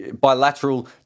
bilateral